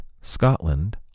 Scotland